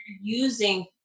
using